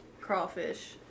crawfish